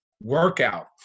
workout